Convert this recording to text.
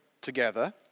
together